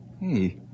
Hey